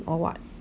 or what